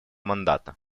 мандата